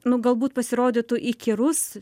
nu galbūt pasirodytų įkyrus